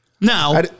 Now